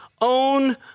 own